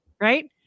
right